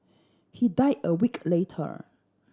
he died a week later